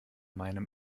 meinem